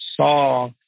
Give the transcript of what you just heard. saw